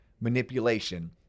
manipulation